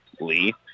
Lee